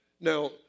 Now